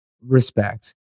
respect